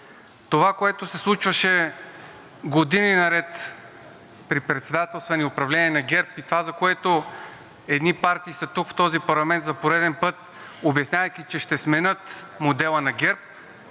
Това, което се случваше години наред при председателствани управления на ГЕРБ, и това, за което едни партии са тук в този парламент за пореден път, обяснявайки, че ще сменят модела на ГЕРБ,